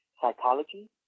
psychology